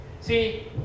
See